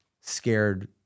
scared